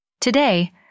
Today